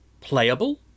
playable